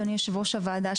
אדוני יושב ראש הוועדה,